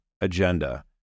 agenda